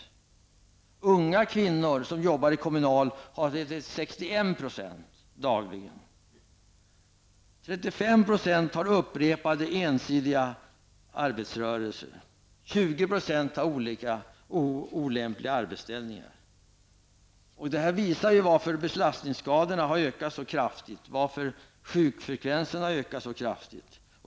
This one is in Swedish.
För unga kvinnor som jobbar inom Kommunal är antalet 61 %. 35 % utför upprepade ensidiga arbetsrörelser. 20 % har olämpliga arbetsställningar. Detta visar varför belastningsskadorna har ökat så kraftigt och varför sjukfrekvensen har ökat så kraftigt.